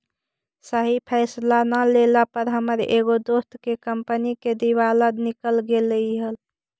सही फैसला न लेला पर हमर एगो दोस्त के कंपनी के दिवाला निकल गेलई हल